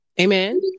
Amen